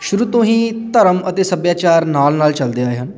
ਸ਼ੁਰੂ ਤੋਂ ਹੀ ਧਰਮ ਅਤੇ ਸੱਭਿਆਚਾਰ ਨਾਲ ਨਾਲ ਚਲਦੇ ਆਏ ਹਨ